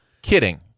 kidding